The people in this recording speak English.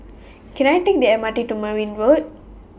Can I Take The M R T to Merryn Road